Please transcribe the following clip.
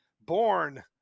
born